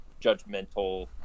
judgmental